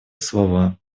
слова